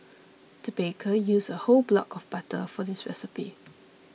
the baker used a whole block of butter for this recipe